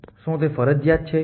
શું તે ફરજિયાત છે